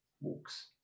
walks